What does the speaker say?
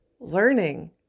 Learning